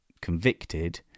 convicted